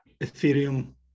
Ethereum